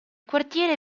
quartiere